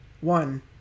one